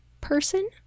person